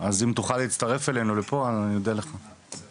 אני גם